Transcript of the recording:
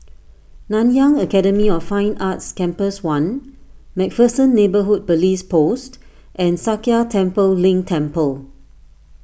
Nanyang Academy of Fine Arts Campus one MacPherson Neighbourhood Police Post and Sakya Tenphel Ling Temple